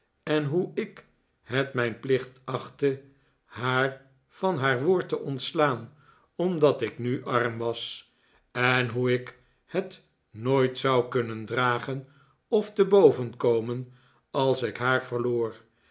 en hoe ik het mijn plicht achtte haar van haar woord te ontslaan omdat ik nu arm was en hoe ik het nooit zou kunnen dragen of te boven komen als ik haar verloor